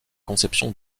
conception